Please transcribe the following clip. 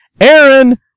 Aaron